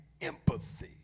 empathy